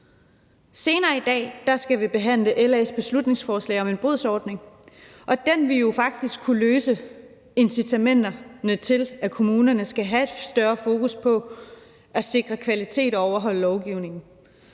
Senere i dag skal vi behandle LA's beslutningsforslag om en bodsordning, og den vil jo faktisk kunne give incitamenterne til, at kommunerne skal have et større fokus på at sikre kvalitet og overholde lovgivningen.